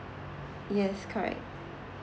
yes correct